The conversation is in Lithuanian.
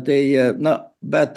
tai na bet